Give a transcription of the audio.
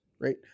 right